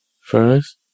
First